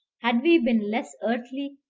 had we been less earthly,